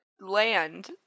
land